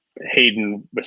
Hayden